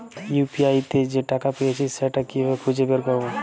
UPI তে যে টাকা পেয়েছি সেটা কিভাবে খুঁজে বের করবো?